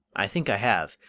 i think i have.